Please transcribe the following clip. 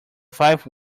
five